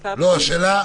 לחקיקה --- השאלה,